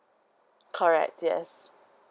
correct yes